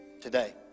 today